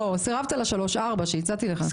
סירבת לשלושה-ארבעה שהצעתי לך.